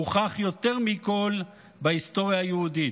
הוכח יותר מכול בהיסטוריה היהודית.